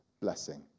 blessing